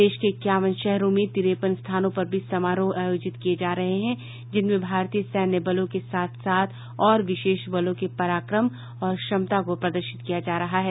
देश के इक्यावन शहरों में तिरेपन स्थानों पर भी समारोह आयोजित किए जा रहे हैं जिनमें भारतीय सैन्य बलों के साथ साथ और विशेष बलों के पराक्रम और क्षमता को प्रदर्शित किया जा रहा है